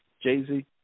Jay-Z